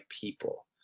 people